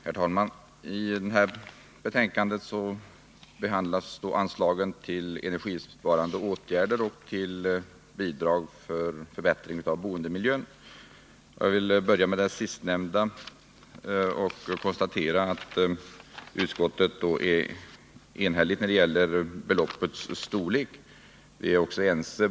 Herr talman! I det här betänkandet behandlas anslagen till energibesparande åtgärder och till bidrag för förbättring av boendemiljön. Jag vill börja med det sistnämnda anslaget och konstaterar att utskottet är enhälligt när det gäller beloppets storlek.